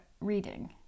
reading